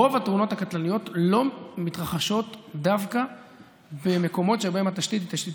רוב התאונות הקטלניות לא מתרחשות דווקא במקומות שבהם התשתית היא לקויה.